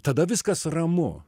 tada viskas ramu